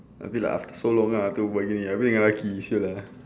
a bit like after so long ah aku berbual gini abeh dengan lelaki [siol] lah